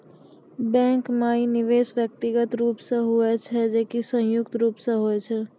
Bank माई निवेश व्यक्तिगत रूप से हुए छै की संयुक्त रूप से होय छै?